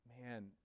man